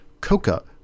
Coca